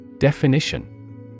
Definition